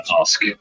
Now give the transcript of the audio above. ask